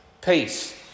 Peace